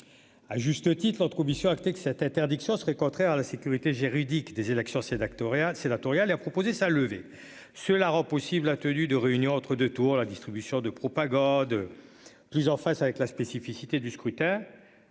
À juste titre commission acté que cette interdiction serait contraire à la sécurité juridique des élections c'est actes Oréal sénatoriale a proposé sa levée. Cela rend possible la tenue de réunions entre deux tours la distribution de propagande. Qu'ils en fassent avec la spécificité du scrutin.